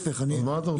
אז מה אתה רוצה להשיג?